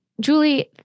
Julie